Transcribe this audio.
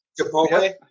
Chipotle